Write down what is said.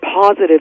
positive